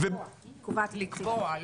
לקבוע.